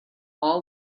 all